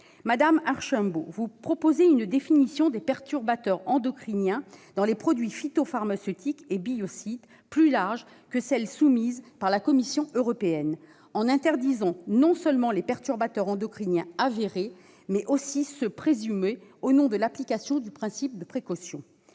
Mme Archimbaud propose une définition des perturbateurs endocriniens dans les produits phytopharmaceutiques et biocides plus large que celle soumise par la Commission européenne en interdisant non seulement les perturbateurs endocriniens « avérés », mais aussi ceux qui sont « présumés », au nom de l'application du principe de précaution.